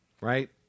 right